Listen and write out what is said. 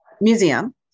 museum